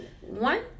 one